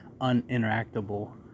uninteractable